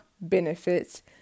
benefits